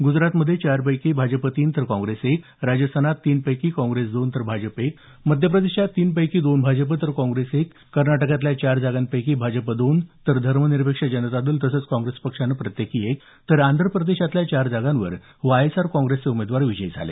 गुजरातमध्ये चार पैकी भाजप तीन तर काँग्रेस एक राजस्थानात तीन पैकी काँग्रेस दोन तर भाजप एक मध्यप्रदेशात तीन पैकी दोन भाजप तर काँग्रेस एक कर्नाटकाल्या चारपैकी भाजप दोन तर धर्मनिरपेक्ष जनता दल तसंच काँग्रेस प्रत्येकी एक तर आंध्रप्रदेशातल्या चार जागांवर वायएसआर काँग्रेसचे उमेदवार विजयी झाले